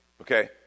Okay